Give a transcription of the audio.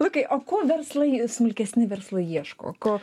lukai o ko verslai smulkesni verslai ieško ko